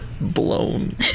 blown